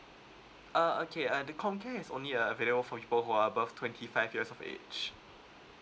err okay err the comcare is only err available for people who are above twenty five years of age